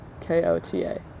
K-O-T-A